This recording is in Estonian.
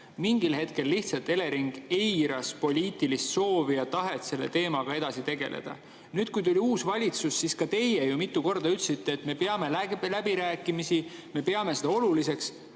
Mingil ajal lihtsalt Elering eiras poliitilist soovi ja tahet selle teemaga edasi tegeleda. Kui tuli uus valitsus, siis ka teie ju mitu korda ütlesite, et me peame läbirääkimisi, me peame seda oluliseks.